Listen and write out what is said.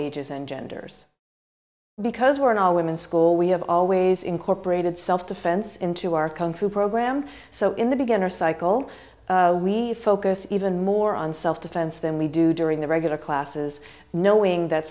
ages and genders because we're an all women school we have always incorporated self defense into our comfort program so in the beginner cycle we focus even more on self defense than we do during the regular classes knowing that